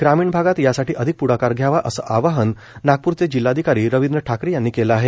ग्रामीण भागात यासाठी अधिक प्ढाकार घ्यावा असं आवाहन नागपूरचे जिल्हाधिकारी रवींद्र ठाकरे यांनी केले आहे